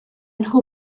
nhw